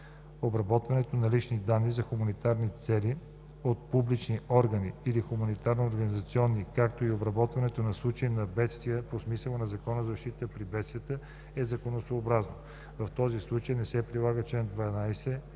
Обработването на лични данни за хуманитарни цели от публични органи или хуманитарни организации, както и обработването в случаите на бедствия по смисъла на Закона за защита при бедствия, е законосъобразно. В този случай не се прилагат чл. 12